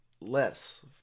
less